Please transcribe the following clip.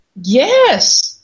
Yes